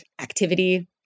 activity